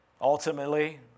Ultimately